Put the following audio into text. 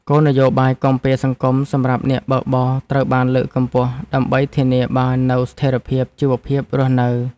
គោលនយោបាយគាំពារសង្គមសម្រាប់អ្នកបើកបរត្រូវបានលើកកម្ពស់ ដើម្បីធានាបាននូវស្ថិរភាពជីវភាពរស់នៅ។